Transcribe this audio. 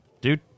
Dude